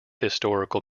historical